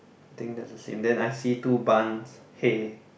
I think they are the same then I see two barns hay